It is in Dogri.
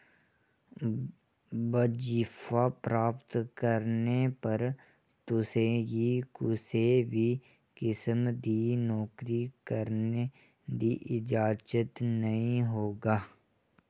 बजीफा प्राप्त करने पर तु'सें गी कुसै बी किसम दी नौकरी करने दी इजाजत नेईं होगा